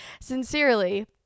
sincerely